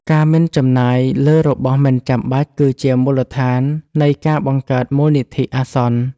ការមិនចំណាយលើរបស់មិនចាំបាច់គឺជាមូលដ្ឋាននៃការបង្កើតមូលនិធិអាសន្ន។